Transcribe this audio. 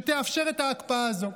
שתאפשר את ההקפאה הזאת.